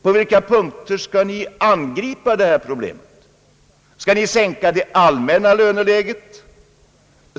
På vilka punkter skall ni angripa detta problem? Skall ni sänka det allmänna löneläget?